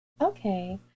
Okay